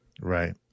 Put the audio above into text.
Right